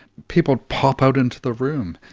people pop out into the room,